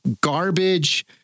garbage